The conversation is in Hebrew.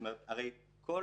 הרי כל